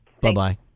Bye-bye